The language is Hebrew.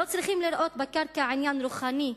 לא צריכים לראות בקרקע עניין רוחני,